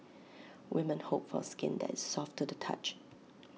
women hope for skin that is soft to the touch